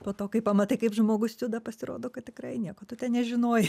po to kai pamatai kaip žmogus juda pasirodo kad tikrai nieko tu nežinojai